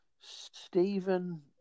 Stephen